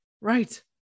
Right